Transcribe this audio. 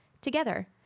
Together